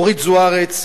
אורית זוארץ,